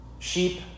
Sheep